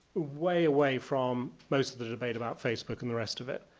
way away from most of the debate about facebook and the rest of it.